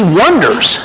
wonders